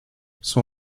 son